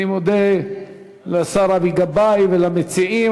אני מודה לשר אבי גבאי ולמציעים.